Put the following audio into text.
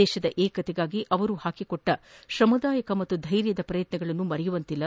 ದೇಶದ ಏಕತೆಗಾಗಿ ಅವರು ಹಾಕಿರುವ ಶ್ರಮದಾಯಕ ಮತ್ತು ಧೈರ್ಯದ ಶ್ರಯತ್ನಗಳನ್ನು ಮರೆಯುವಂತಿಲ್ಲ